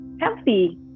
healthy